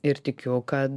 ir tikiu kad